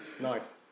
nice